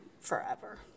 forever